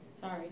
Sorry